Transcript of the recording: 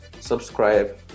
subscribe